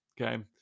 okay